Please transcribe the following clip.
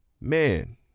man